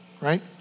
right